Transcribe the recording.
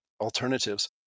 alternatives